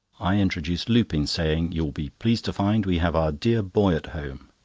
i introduced lupin, saying you will be pleased to find we have our dear boy at home!